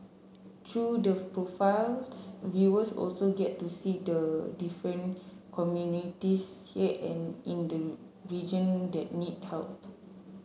through the profiles viewers also get to see the different communities here and in the region that need help